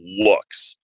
looks